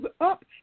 up